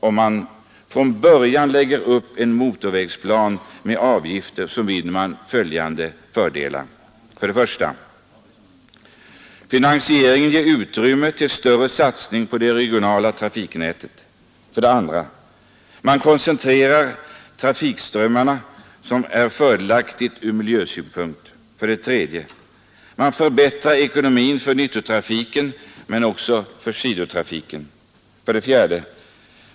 Om vi från början lägger upp motorvägsplan med avgifter vinner vi följande fördelar: 1. Finansieringen ger utrymme för större satsning på det regionala trafiknätet. 2. Trafikströmmarna koncentreras, vilket är fördelaktigt ur miljösynpunkt. 3. Man förbättrar ekonomin för nyttotrafiken men också för sidotrafiken. 4.